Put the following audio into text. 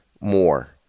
more